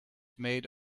made